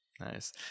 Nice